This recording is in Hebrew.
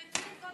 תקלטי את כל